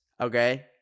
okay